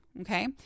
Okay